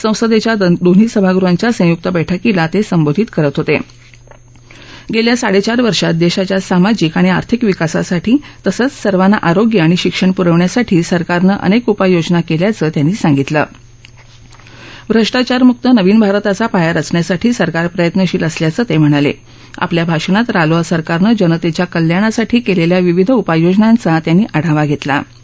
सस्किच्या दोन्ही सभागृहाच्या सम्रक बैठकीला तस्किचित करत होत वेच्या साडकीर वर्षात दध्यव्या सामाजिक आणि आर्थिक विकासासाठी तसद्ध सर्वांना आरोग्य आणि शिक्षण पुरवण्यासाठी सरकारन अनक्त उपाययोजना कल्याच उपाती साधितला प्रष्टाचारमुक्त नवीन भारताचा पाया रचण्यासाठी सरकार प्रयत्नशील असल्याच ि म्हणाला आपल्या भाषणात रालोआ सरकारन अनतव्या कल्याणासाठी कल्विखी विविध उपाययोजनाधी त्यांनी आढावा घक्कीा